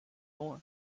more